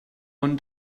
one